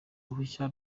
ruhushya